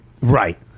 Right